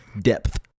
Depth